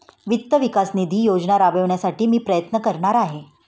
वित्त विकास निधी योजना राबविण्यासाठी मी प्रयत्न करणार आहे